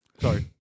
Sorry